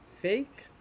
fake